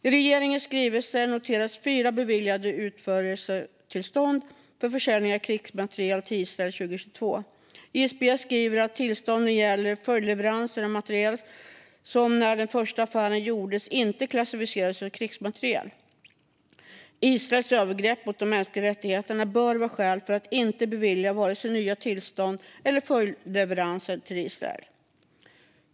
I regeringens skrivelse noteras fyra beviljade utförseltillstånd för försäljning av krigsmateriel till Israel 2022. ISP skriver att tillstånden gäller följdleveranser av materiel som när den första affären gjordes inte klassificerades som krigsmateriel. Israels övergrepp mot de mänskliga rättigheterna bör vara skäl för att inte bevilja vare sig nya tillstånd eller följdleveranser till Israel.